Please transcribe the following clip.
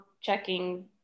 checking